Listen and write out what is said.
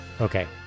Okay